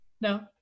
No